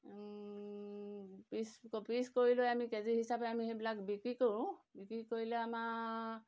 পিছ পিছ কৰি লৈ আমি কে জি হিচাপে আমি সেইবিলাক বিক্ৰী কৰোঁ বিক্ৰী কৰিলে আমাৰ